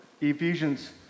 Ephesians